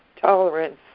tolerance